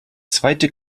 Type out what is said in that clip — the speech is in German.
zweite